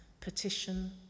petition